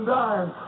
dying